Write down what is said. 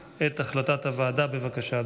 הודעה למזכיר הכנסת, בבקשה.